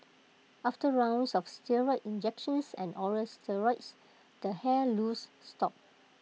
after rounds of steroid injections and oral steroids the hair loss stopped